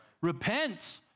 Repent